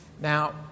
Now